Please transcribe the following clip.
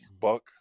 Buck